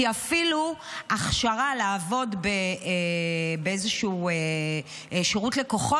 כי אפילו הכשרה לעבוד באיזשהו שירות לקוחות,